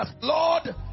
Lord